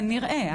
כנראה,